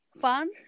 fun